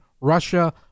Russia